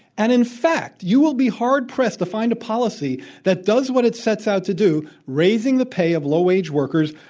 and, in fact, you will be hard pressed to find a policy that does what it sets out to do, raising the pay of low wage workers,